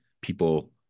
people